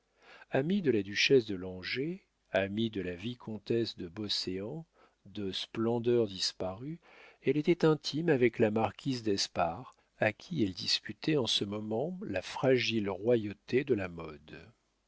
amie de la duchesse de langeais amie de la vicomtesse de beauséant deux splendeurs disparues elle était intime avec la marquise d'espard à qui elle disputait en ce moment la fragile royauté de la mode